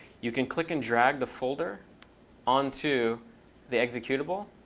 you can click and drag the folder onto the executable.